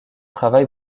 travail